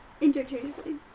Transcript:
Interchangeably